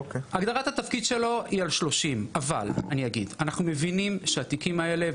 הגדרת התפקיד שלו היא על 30. אבל אנחנו מבינים שהתיקים האלה,